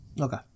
Okay